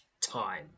Time